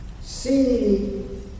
See